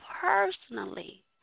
personally